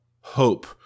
hope